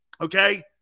okay